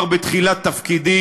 שכבר הוכחתי את זה בתחילת תפקידי,